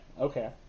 okay